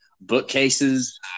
bookcases